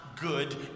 good